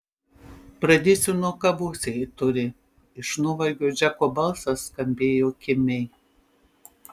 pradėsiu nuo kavos jei turi iš nuovargio džeko balsas skambėjo kimiai